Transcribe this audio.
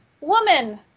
woman